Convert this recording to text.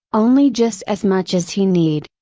only just as much as he need,